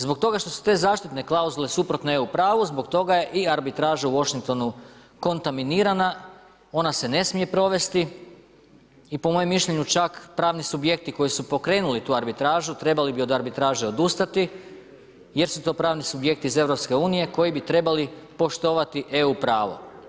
Zbog toga što su te zaštitne klauzule suprotne EU pravu, zbog toga je i arbitraža u Washingtonu kontaminirana, ona se ne smije provesti i po mojem mišljenju čak pravni subjekti koji su pokrenuli tu arbitražu, trebali bi od arbitraže odustati jer su to pravni subjekti iz EU koji bi trebali poštovani EU pravo.